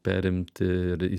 perimti ir